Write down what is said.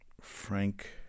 Frank